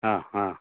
ஆஹான்